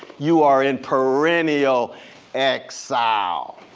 you are in perennial exile.